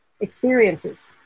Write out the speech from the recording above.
experiences